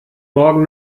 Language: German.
morgen